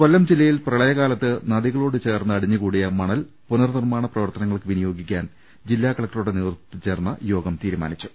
കൊല്ലം ജില്ലയിൽ പ്രളയകാലത്ത് നദികളോടു ചേർന്ന് അടിഞ്ഞു കൂടിയ മണൽ പുനർനിർമ്മാണ പ്രവർത്തനങ്ങൾക്ക് വിനിയോഗിക്കാൻ ജില്ലാ കലക്ടറുടെ നേതൃത്വത്തിൽ ചേർന്ന യോഗം തീരുമാനിച്ചു